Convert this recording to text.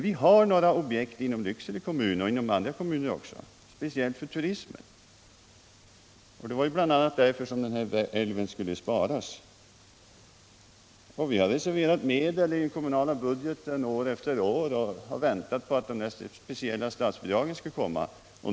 Vi har några objekt inom Lycksele kommun, och även inom andra kommuner, speciellt för turismen. Det var ju bl.a. därför som den här älven skulle sparas. Vi har reserverat medel i den kommunala budgeten år efter år och väntat på att det speciella statsbidraget skulle komma.